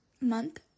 month